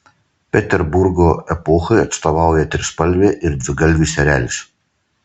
peterburgo epochai atstovauja trispalvė ir dvigalvis erelis